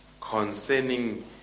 concerning